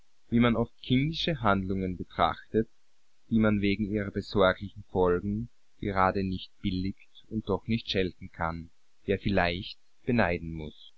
wie man oft kindische handlungen betrachtet die man wegen ihrer besorglichen folgen gerade nicht billigt und doch nicht schelten kann ja vielleicht beneiden muß